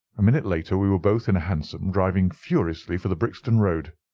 a minute later we were both in a hansom, driving furiously for the brixton road.